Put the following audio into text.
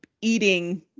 eating